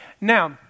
Now